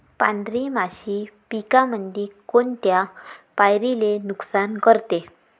पांढरी माशी पिकामंदी कोनत्या पायरीले नुकसान करते?